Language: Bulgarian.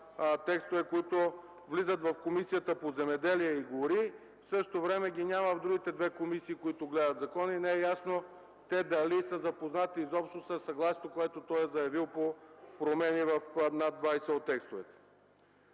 текстове, които влизат в Комисията по земеделието и горите, в същото време ги няма в другите две комисии, които гледат закона, и не е ясно те дали са запознати изобщо със съгласието, което той е заявил по промени в над 20 от текстовете.